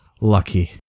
lucky